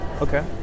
okay